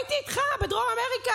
הייתי איתך בדרום אמריקה,